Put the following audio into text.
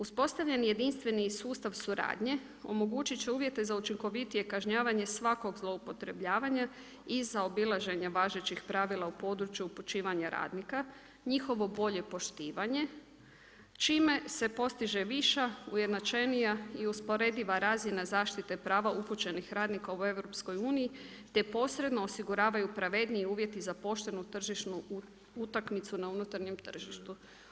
Uspostavljeni jedinstveni sustav suradnje, omogućit će uvijete za učinkovitije kažnjavanje svakog zloupotrebljavanja i zaobilaženje važećih pravila u području počivanja radnika, njihovo bolje poštivanje, čime se postiže viša, ujednačenija i usporediva razina zaštite prava upućenih radnika u EU, te posredno osiguravaju pravedniji uvjeti za poštenu tržišnu utakmicu na unutarnjem tržištu.